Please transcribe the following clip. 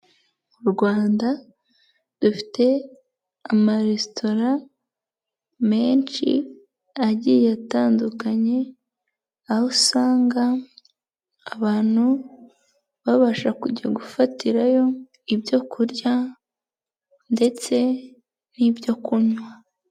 U Rwanda rufite amaresitora menshi agiye atandukanye aho usanga abantu babasha kujya gufatirayo ibyorya ndetse n'ibyo kunywa.